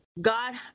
god